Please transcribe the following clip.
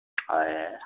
ହଏ